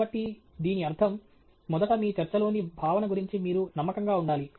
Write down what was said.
కాబట్టి దీని అర్థం మొదట మీ చర్చలోని భావన గురించి మీరు నమ్మకంగా ఉండాలి